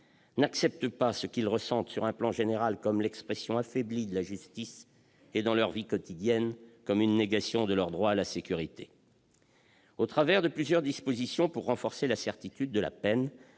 n'acceptent pas ce qu'ils ressentent, sur un plan général, comme l'expression affaiblie de la justice et, dans leur vie quotidienne, comme une négation de leur droit à la sécurité. À travers plusieurs dispositions pour renforcer la certitude de la peine,